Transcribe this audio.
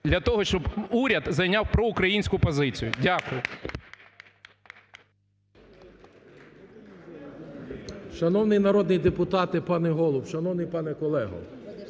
для того, щоб уряд зайняв проукраїнську позицію. Дякую.